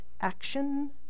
action